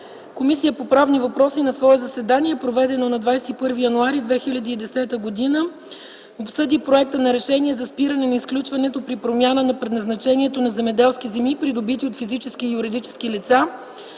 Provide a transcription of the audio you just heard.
„Комисията по правни въпроси на свое заседание, проведено на 21 януари 2010 г., обсъди проекта на Решение за спиране на изключването при промяна на предназначението на земеделски земи, придобити от физически и юридически лица,